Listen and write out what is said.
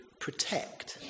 protect